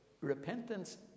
repentance